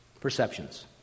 perceptions